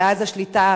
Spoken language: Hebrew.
ואז השליטה,